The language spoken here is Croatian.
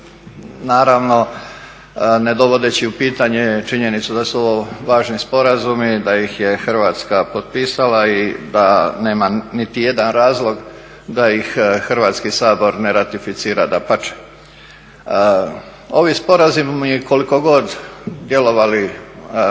Naravno ne dovodeći u pitanje činjenicu da su ovo važni sporazumi, da ih je Hrvatska potpisala i da nema nitijedan razlog da ih Hrvatski sabor ne ratificira, dapače. Ovi sporazumi koliko god djelovali